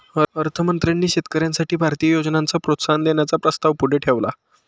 अर्थ मंत्र्यांनी शेतकऱ्यांसाठी भारतीय योजनांना प्रोत्साहन देण्याचा प्रस्ताव पुढे ठेवला